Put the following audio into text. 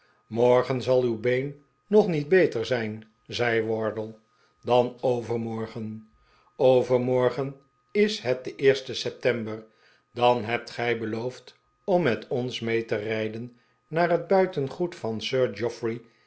morgen zal uw been nog niet beter zijn zei wardle dan overmorgen overmorgen is het de eerste september dan hebt gij beloofd om met ons mee te rijden naar het btfitengoed van